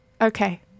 Okay